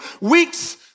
weeks